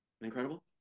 Incredible